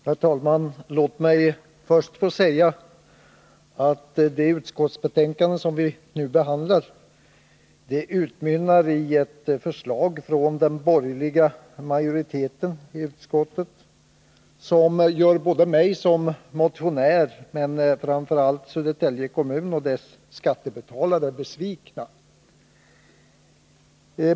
Herr talman! Låt mig först få säga att det utskottsbetänkande som vi nu behandlar utmynnar i ett förslag från den borgerliga majoriteten i utskottet som gör både mig som motionär men framför allt Södertälje kommun och dess skattebetalare besvikna.